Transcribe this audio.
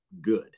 good